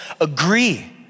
agree